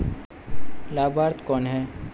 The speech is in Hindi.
लाभार्थी कौन है?